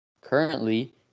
Currently